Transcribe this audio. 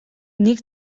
нэг